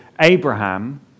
Abraham